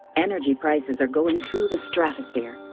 energy prices are going through the stratosphere.